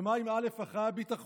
ומה עם א', אחראי הביטחון?